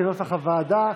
כנוסח הוועדה.